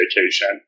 vacation